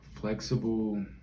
Flexible